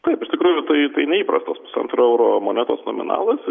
taip iš tikrųjų tai tai neįprastas pusantro euro monetos nominalas